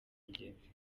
ingenzi